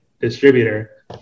distributor